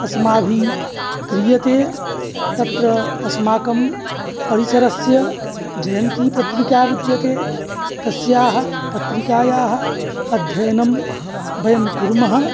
अस्माभिः क्रियते तत्र अस्माकं परिसरस्य जयन्तीपत्रिका विद्यते तस्याः पत्रिकायाः अध्ययनं वयं कुर्मः